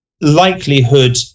likelihood